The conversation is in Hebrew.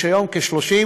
יש היום כ-30%,